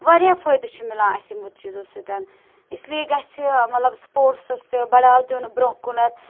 واریاہ فٲیِدٕ چھُ مِلان اسہِ یِمو چیٖزو سۭتۍ اِسلیے گَژھِ مَطلب سٕپورٹسس تہِ بَڑاو دِیُن برٛونٛہہ کُنَتھ